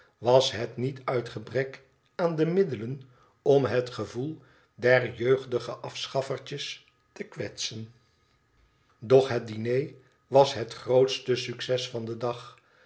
was het niet uit gebrek aan de middelen om het gevoel der jeugdige afschaffertjes te kwetsen doch het diner was het groote succes van den dag